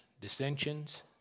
dissensions